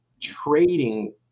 trading